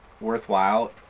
worthwhile